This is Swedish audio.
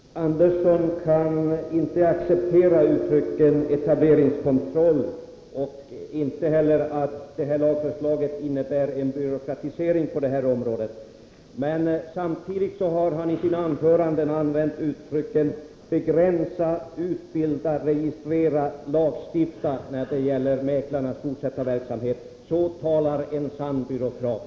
Herr talman! Lennart Andersson kan inte acceptera uttrycket etableringskontroll och kan inte heller medge att lagförslaget innebär en byråkratisering på det här området. Men samtidigt har han i sina anföranden använt uttrycken begränsa, utbilda, registrera och lagstifta när det gäller mäklarnas fortsatta verksamhet. Så talar en sann byråkrat.